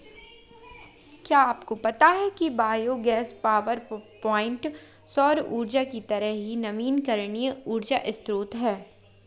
क्या आपको पता है कि बायोगैस पावरप्वाइंट सौर ऊर्जा की तरह ही नवीकरणीय ऊर्जा स्रोत है